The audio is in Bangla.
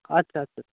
আচ্ছা আচ্ছা